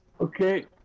Okay